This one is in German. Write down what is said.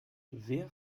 wer